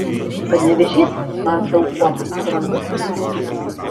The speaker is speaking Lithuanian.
panevėžys man daug kuom brangus ir artimas